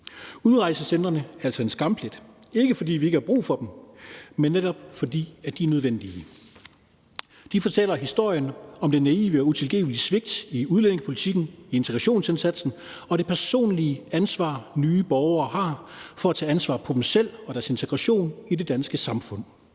Udrejsecentrene er altså en skamplet, ikke fordi vi ikke har brug for dem, men netop fordi de er nødvendige. De fortæller historien om det naive og utilgivelige svigt i udlændingepolitikken, i integrationsindsatsen, og det personlige ansvar, som nye borgere har for at tage ansvar for sig selv og deres integration i det danske samfund.